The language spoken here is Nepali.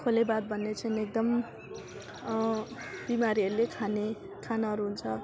खोले भात भन्ने चाहिँ एकदम बिमारीहरूले खाने खानाहरू हुन्छ